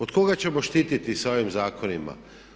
Od koga ćemo štiti sa ovim zakonima?